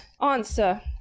answer